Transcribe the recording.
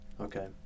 Okay